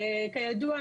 כידוע,